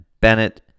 Bennett